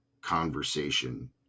conversation